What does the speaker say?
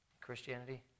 Christianity